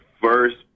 first